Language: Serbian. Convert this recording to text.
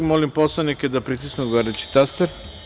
Molim poslanike da pritisnu odgovarajući taster.